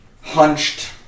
hunched